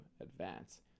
advance